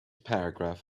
paragraph